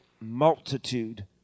multitude